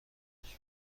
تبدیل